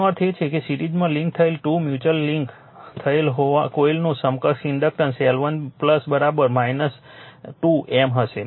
તેનો અર્થ એ કે સિરીઝમાં લિંક થયેલ 2 મ્યુચ્યુઅલ લિંક થયેલ કોઇલનું સમકક્ષ ઇન્ડક્ટન્સ L1 2 M હશે